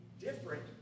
different